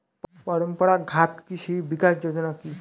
পরম্পরা ঘাত কৃষি বিকাশ যোজনা কি?